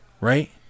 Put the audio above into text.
right